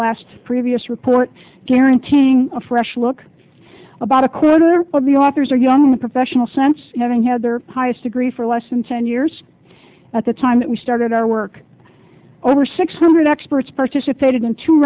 last previous report guaranteeing a fresh look about a quarter of the authors are young the professional sense having had their highest degree for less than ten years at the time that we started our work over six hundred experts participated in two